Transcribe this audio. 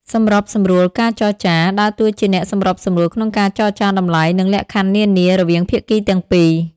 សម្របសម្រួលការចរចា ដើរតួជាអ្នកសម្របសម្រួលក្នុងការចរចាតម្លៃ និងលក្ខខណ្ឌនានា រវាងភាគីទាំងពីរ។